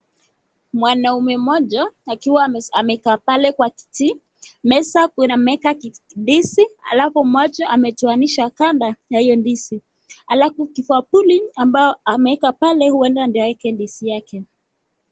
mwanaume moja akiwa amekaa pale kwa kiti meza wameweka ndizi, hapo moja wametowanisha ganda ya hiyo ndizi alafu kibakuli ambao emeweka pale ndio aweke ndizi yake.